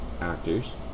actors